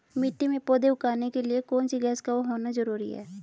मिट्टी में पौधे उगाने के लिए कौन सी गैस का होना जरूरी है?